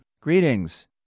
Greetings